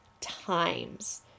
times